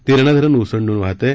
तेरणा धरण ओसंडून वाहत आहे